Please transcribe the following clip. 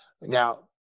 Now